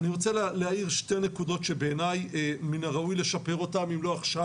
אני רוצה להעיר שתי נקודות שבעיני מן הראוי לשפר אותן וגם אם לא עכשיו,